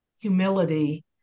humility